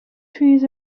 trees